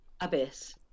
Abyss